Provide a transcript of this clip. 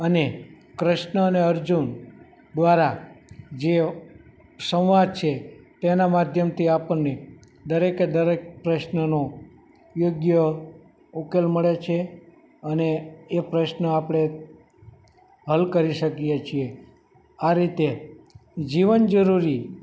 અને કૃષ્ણ અને અર્જૂન દ્વારા જે સંવાદ છે તેના માધ્યમથી આપણને દરેકે દરેક પ્રશ્નનો યોગ્ય ઉકેલ મળે છે અને એ પ્રશ્ન આપણે હલ કરી શકીએ છીએ આ રીતે જીવન જરુરી